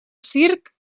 circ